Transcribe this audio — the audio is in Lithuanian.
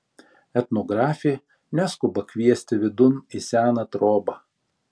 etnografė neskuba kviesti vidun į seną trobą